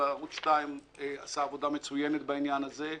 וערוץ 2 עשה עבודה מצוינת בעניין הזה,